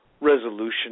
resolution